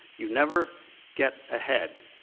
you never get ahead